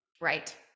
Right